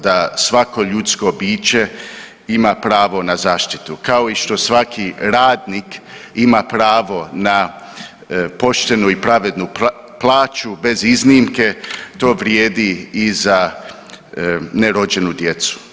Da svako ljudsko biće ima pravo na zaštiti kao i što svaki radnik ima pravo na poštenu i pravednu plaću bez iznimke, to vrijedi i za nerođenu djecu.